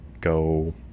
go